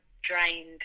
drained